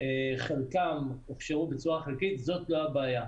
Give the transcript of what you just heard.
חלקם הוכשרו חלקית, זו לא הבעיה.